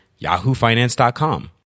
yahoofinance.com